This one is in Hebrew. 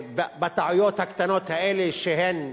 בטעויות הקטנות האלה, שהן,